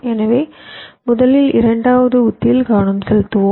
எனவே முதலில் இரண்டாவது உத்தியில் கவனம் செலுத்துவோம்